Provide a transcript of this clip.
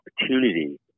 opportunity